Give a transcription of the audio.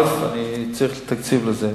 צריך תקציב לזה.